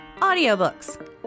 Audiobooks